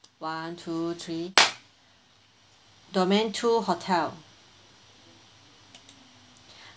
one two three domain two hotel